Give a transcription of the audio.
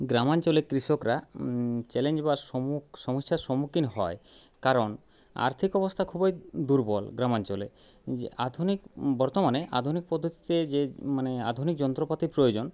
গ্রামাঞ্চলের কৃষকরা চ্যালেঞ্জ বা সমক সমস্যার সম্মুখীন হয় কারণ আর্থিক অবস্থা খুবই দুর্বল গ্রামাঞ্চলে আধুনিক বর্তমানে আধুনিক পদ্ধতিতে যে মানে আধুনিক যন্ত্রপাতির প্রয়োজন